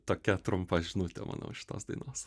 tokia trumpa žinutė manau šitos dainos